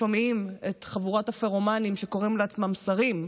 שומעים את חבורת הפירומנים שקוראים לעצמם שרים,